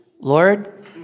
Lord